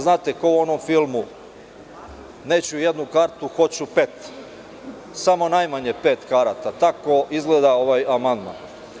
Znate, kao u onom filmu – Neću jednu kartu, hoću pet, samo najmanje pet karata, tako izgleda ovaj amandman.